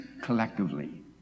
collectively